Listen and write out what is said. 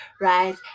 right